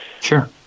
sure